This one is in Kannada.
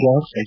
George H